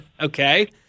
okay